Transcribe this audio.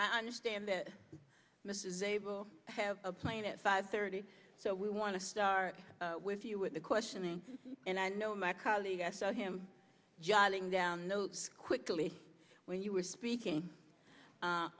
i understand that mrs able have a plane at five thirty so we want to start with you with the questioning and i know my colleague i saw him juggling down notes quickly when you were speaking